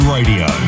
Radio